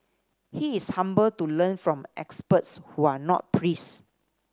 he is humble to learn from experts who are not priests